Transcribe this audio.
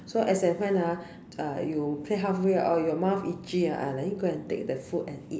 so as and when ah uh you play halfway or your mouth itchy ah then you go take the food and eat